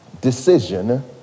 decision